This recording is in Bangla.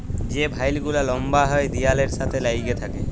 যে ভাইল গুলা লম্বা হ্যয় দিয়ালের সাথে ল্যাইগে থ্যাকে